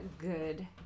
Good